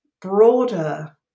broader